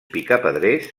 picapedrers